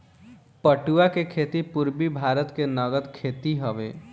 पटुआ के खेती पूरबी भारत के नगद खेती हवे